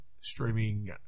streaming